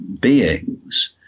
beings